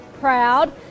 proud